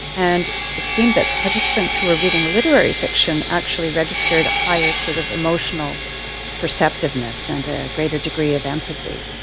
and it seemed that the participants who were reading literary fiction actually registered a higher sort of emotional perceptiveness and a greater degree of empathy.